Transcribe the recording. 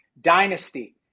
dynasty